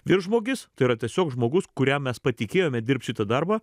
viršžmogis tai yra tiesiog žmogus kuriam mes patikėjome dirbt šitą darbą